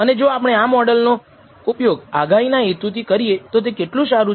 અને જો આપણે આ મોડલ નો ઉપયોગ આગાહીના હેતુથી કરીએ તો તે કેટલું સારું છે